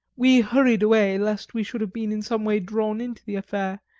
we hurried away lest we should have been in some way drawn into the affair,